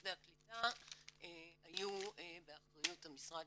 מוקדי הקליטה היו באחריות המשרד